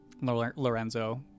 Lorenzo